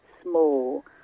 small